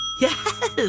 Yes